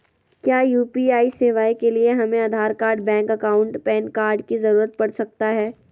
क्या यू.पी.आई सेवाएं के लिए हमें Aadhaar card bank account PAN card की जरूरत पड़ सकता है?